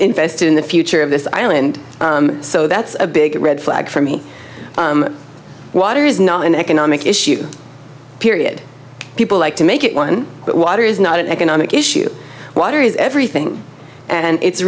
invested in the future of this island so that's a big red flag for me water is not an economic issue period people like to make it one but water is not an economic issue water is everything and it's